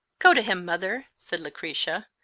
go to him, mother! said lucretia,